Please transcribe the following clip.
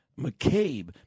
McCabe